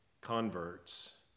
converts